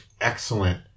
excellent